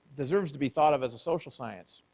deserves to be thought of as a social science.